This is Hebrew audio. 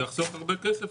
זה יחסוך הרבה כסף,